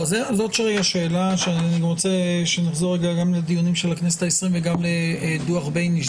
זאת שאלה שאני רוצה שנחזור גם לדיונים של הכנסת העשרים וגם לדוח בייניש.